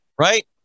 Right